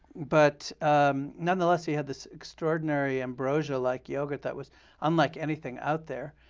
but nonetheless we had this extraordinary ambrosia-like yogurt that was unlike anything out there.